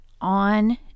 on